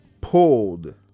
pulled